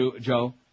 Joe